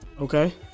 Okay